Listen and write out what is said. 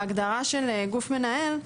בהגדרה של גוף מנהל,